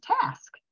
task